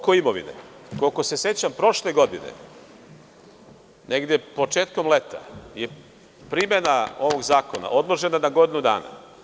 Koliko se sećam prošle godine, negde početkom leta je primena ovog zakona odložena na godinu dana.